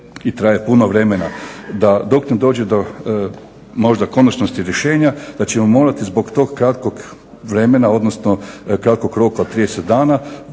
i traje puno vremena da dok ne dođe možda konačnosti rješenja da ćemo morati zbog tog kratkog vremena, odnosno kratkog roka od 30 dana